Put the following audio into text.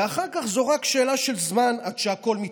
ואחר כך זו רק שאלה של זמן עד שהכול מתמוטט.